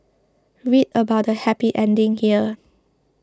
read about the happy ending here